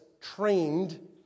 trained